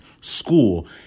school